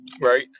Right